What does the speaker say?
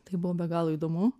tai buvo be galo įdomu